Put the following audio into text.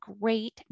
great